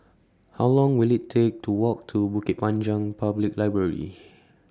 How Long Will IT Take to Walk to Bukit Panjang Public Library